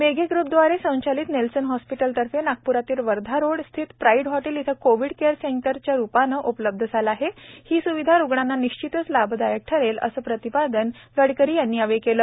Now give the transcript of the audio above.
मेघे ग्र्पद्वारे संचालित नेल्सन हॉस्पिटलतर्फे नागपूरातील वर्धा रोड स्थित प्राईड हॉटेल येथे कोवीड केअर सेंटरच्या रुपाने उपलब्ध आहे आणि ही स्विधा रुग्णांना निश्चितच लाभदायक ठरेल असे प्रतिपादन केंद्रीय मंत्री गडकरी यांनी केले